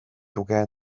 tuge